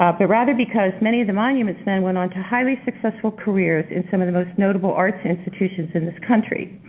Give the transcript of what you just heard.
ah but rather because many of the monuments men went on to highly successful careers in some of the most notable art institutions in this country.